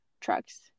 trucks